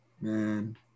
man